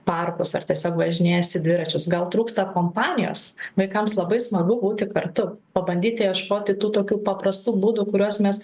parkus ar tiesiog važinėjasi dviračiais gal trūksta kompanijos vaikams labai smagu būti kartu pabandyti ieškoti tų tokių paprastų būdų kuriuos mes